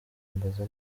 ambaza